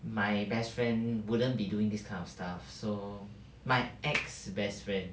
my best friend wouldn't be doing this kind of stuff so my ex best friend